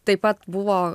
taip pat buvo